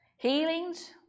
Healings